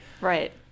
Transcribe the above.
Right